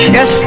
Yes